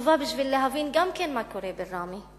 חשובה בשביל להבין גם כן מה קורה בראמה.